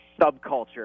subculture